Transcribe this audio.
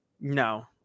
No